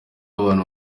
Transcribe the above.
bantu